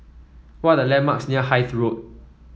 what are the landmarks near Hythe Road